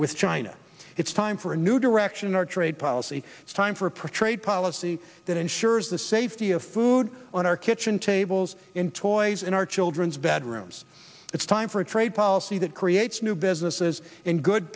with china it's time for a new direction our trade policy it's time for a pro trade policy that ensures the safety of food on our kitchen tables in toys in our children's bedrooms it's time for a trade policy that creates new businesses and good